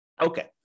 Okay